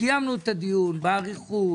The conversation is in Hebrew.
קיימנו את הדיון באריכות,